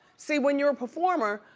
see, when you're a performer,